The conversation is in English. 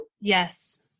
Yes